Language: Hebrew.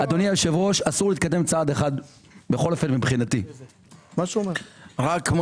אסור להתקדם צעד אחד מבחינתי, אדוני